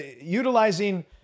utilizing